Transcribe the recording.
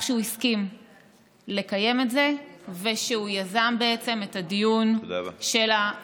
שהוא הסכים לקיים את זה ושהוא יזם את הדיון בהצעות